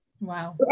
Wow